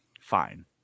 Fine